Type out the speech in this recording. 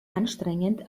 anstrengend